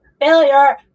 failure